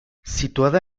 situada